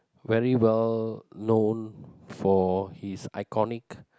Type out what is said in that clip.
very well known for his iconic